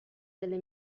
delle